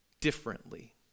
differently